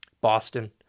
Boston